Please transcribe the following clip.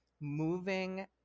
moving